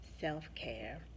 self-care